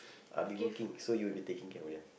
I will be working so you will be taking care of them